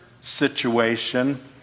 situation